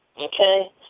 okay